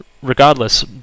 Regardless